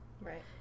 Right